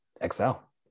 excel